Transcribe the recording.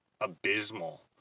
abysmal